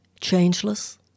changeless